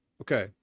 Okay